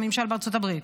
הממשל בארצות הברית,